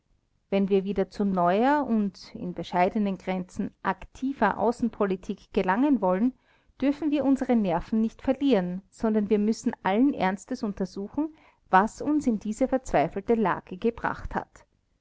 wenn wir wieder zu neuer und in bescheidenen grenzen aktiver außenpolitik gelangen wollen dürfen wir unsere nerven nicht verlieren sondern wir müssen allen ernstes untersuchen was uns in diese verzweifelte lage gebracht hat